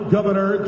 Governor